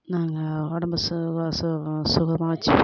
நாங்கள் உடம்பை சுகம் சுகமாக வைச்சிப்போம்